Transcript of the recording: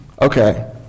Okay